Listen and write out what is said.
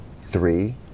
Three